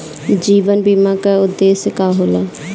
जीवन बीमा का उदेस्य का होला?